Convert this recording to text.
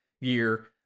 year